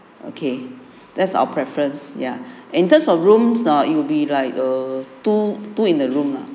okay that's our preference ya in terms of rooms now it will be like a two two in a room lah